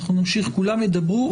כולם ידברו.